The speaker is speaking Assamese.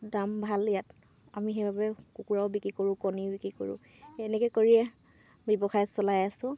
দাম ভাল ইয়াত আমি সেইবাবে কুকুৰাও বিক্ৰী কৰোঁ কণীও বিক্ৰী কৰোঁ এনেকৈ কৰিয়ে ব্যৱসায় চলাই আছো